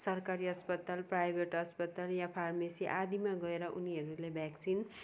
सरकारी अस्पताल प्राइभेट अस्पताल या फार्मेसी आदिमा गएर उनीहरूले भ्याक्सिन